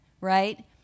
right